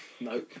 no